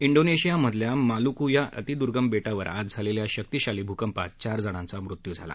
डोनेशिया मधल्या मालूकू या अतिदुर्गम बेटावर आज झालेल्या शक्तीशाली भूकंपात चार जणांचा मृत्यू झाला